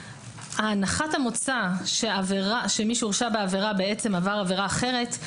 הנחת המוצא שמי שהורשע בעבירה בעצם עבר עבירה אחרת,